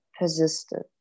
persisted